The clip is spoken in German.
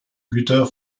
güter